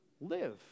live